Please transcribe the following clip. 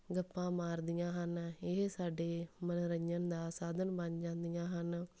ਗੱਪਾਂ ਮਾਰਦੀਆਂ ਹਨ ਇਹ ਸਾਡੇ ਮਨੋਰੰਜਨ ਦਾ ਸਾਧਨ ਬਣ ਜਾਂਦੀਆਂ ਹਨ